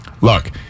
Look